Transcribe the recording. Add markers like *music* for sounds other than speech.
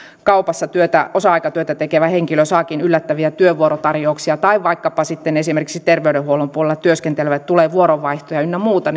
kaupassa osa aikatyötä tekevä henkilö saakin yllättäviä työvuorotarjouksia tai jos vaikkapa esimerkiksi terveydenhuollon puolella työskenteleville tulee vuoronvaihtoja ynnä muuta *unintelligible*